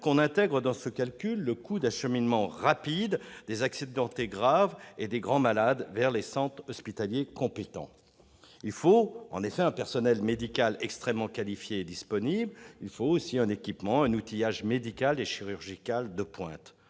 que soit intégré dans ce calcul le coût d'acheminement rapide des accidentés graves et des grands malades vers les centres hospitaliers compétents. Il faut un personnel médical extrêmement qualifié et disponible, il faut aussi un outillage médical et chirurgical de pointe.